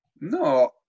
No